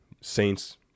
Saints